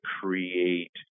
create